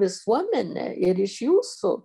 visuomenė ir iš jūsų